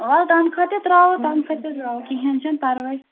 وَلہٕ تَمہِ خٲطرٕ ترٛاوَو تَمہِ خٲطرٕ ترٛاوَو کِہیٖنٛۍ چھُو نہٕ پَرواے